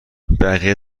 بقیه